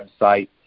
website